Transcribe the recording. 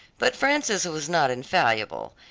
but frances was not infallible,